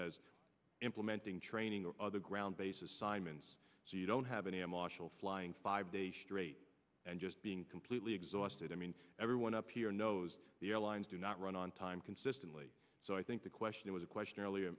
as implementing training or other ground based assignments so you don't have any emotional flying five days straight and just being completely exhausted i mean everyone up here knows the airlines do not run on time consistently so i think the question was a question earlier